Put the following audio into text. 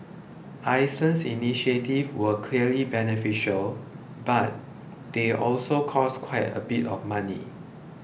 Iceland's initiatives were clearly beneficial but they also cost quite a bit of money